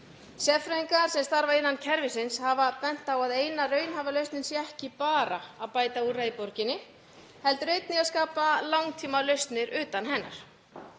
Sérfræðingar sem starfa innan kerfisins hafa bent á að eina raunhæfa lausnin sé ekki bara að bæta úrræði í borginni heldur einnig að skapa langtímalausnir utan hennar.